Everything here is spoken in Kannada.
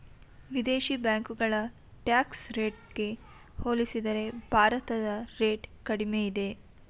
ವಿದೇಶಿ ಬ್ಯಾಂಕುಗಳ ಟ್ಯಾಕ್ಸ್ ರೇಟಿಗೆ ಹೋಲಿಸಿದರೆ ಭಾರತದ ರೇಟ್ ಕಡಿಮೆ ಇದೆ